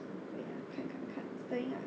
wait ah 看看看